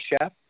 chef